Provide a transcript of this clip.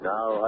Now